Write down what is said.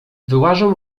wyłażą